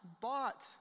Bought